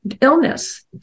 illness